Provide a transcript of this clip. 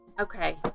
Okay